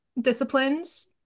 disciplines